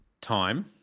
time